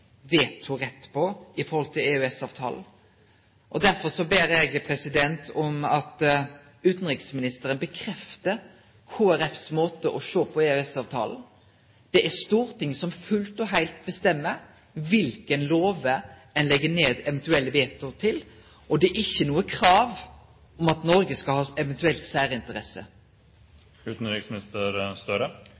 vi kan leggje ned veto på i forhold til EØS-avtalen. Derfor ber eg om at utanriksministeren bekreftar Kristeleg Folkeparti sin måte å sjå på EØS-avtalen på. Det er Stortinget som fullt og heilt bestemmer kva for lover ein legg ned eventuelle veto til, og det er ikkje noko krav om at Noreg eventuelt skal ha særinteresse.